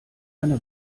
eine